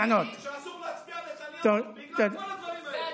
שאסור להצביע נתניהו בגלל כל הדברים האלה.